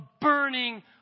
burning